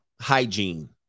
hygiene